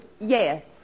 Yes